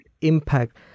impact